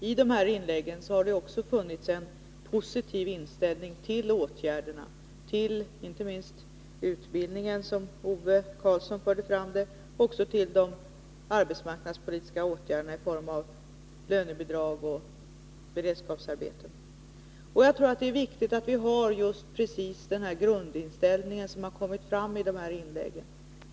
I dessa inlägg har det också funnits en positiv inställning till åtgärderna, inte minst till utbildning — Ove Karlsson förde fram det — och också till de arbetsmarknadspolitiska åtgärderna i form av lönebidrag och beredskapsarbeten. Jag tror att det är viktigt att vi har just den grundinställning som kommit fram i inläggen.